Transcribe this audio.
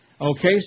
Okay